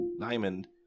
diamond